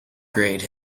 grade